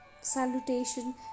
salutation